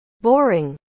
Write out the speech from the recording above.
Boring